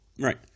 Right